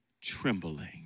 trembling